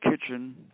Kitchen